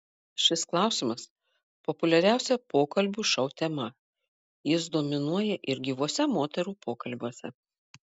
šis klausimas populiariausia pokalbių šou tema jis dominuoja ir gyvuose moterų pokalbiuose